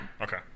Okay